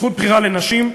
זכות הבחירה לנשים,